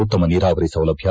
ಉತ್ತಮ ನೀರಾವರಿ ಸೌಲಭ್ಯ